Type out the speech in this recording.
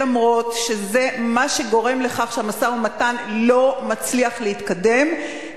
ואף שזה מה שגורם לכך שהמשא-ומתן לא מצליח להתקדם,